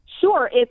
Sure